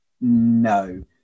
no